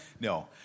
No